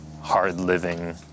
hard-living